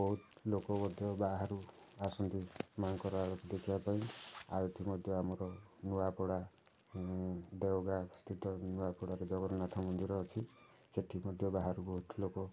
ଆଉ ବହୁତ ଲୋକ ମଧ୍ୟ ବାହାରୁ ଆସନ୍ତି ମାଁ'ଙ୍କର ଆଳତୀ ଦେଖିବାପାଇଁ ଆଳତୀ ମଧ୍ୟ ଆମ ନୂଆପଡ଼ା ଦେଓଗାଁ ସ୍ଥିତ ନୂଆପଡ଼ାରେ ଜଗନ୍ନାଥ ମନ୍ଦିର ଅଛି ସେଠି ମଧ୍ୟ ବାହାରୁ ବହୁତ ଲୋକ ଆସନ୍ତି